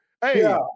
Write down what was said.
Hey